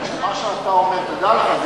תודה רבה.